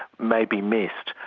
may be missed,